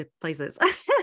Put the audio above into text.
places